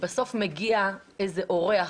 בסוף מגיע לפה איזה אורח,